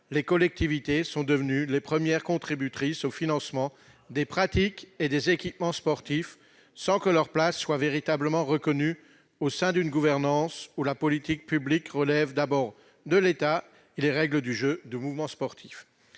les collectivités territoriales sont devenues les premières contributrices au financement des pratiques et des équipements sportifs, sans que leur place soit véritablement reconnue au sein d'une gouvernance où la politique publique relève d'abord de l'État et les règles du jeu du mouvement sportif.